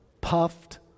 puffed